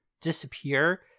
disappear